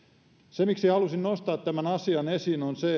se miksi halusin nostaa tämän asian esiin on